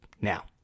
Now